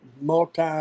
multi